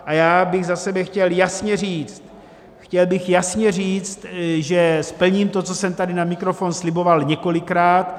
A já bych za sebe chtěl jasně říct, chtěl bych jasně říct, že splním to, co jsem tady na mikrofon sliboval několikrát.